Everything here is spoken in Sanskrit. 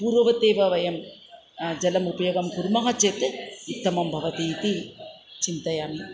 पूर्ववत् एव वयं जलम् उपयोगं कुर्मः चेत् उत्तमं भवति इति चिन्तयामि